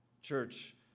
Church